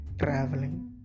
traveling